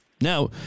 Now